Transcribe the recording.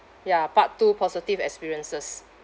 ya part two positive experiences